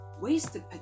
wasted